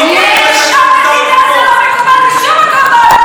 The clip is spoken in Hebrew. לא מקובל בשום מקום בעולם המערבי,